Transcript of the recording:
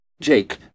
Jake